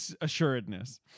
assuredness